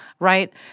Right